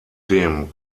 dem